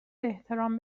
احترام